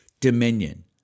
dominion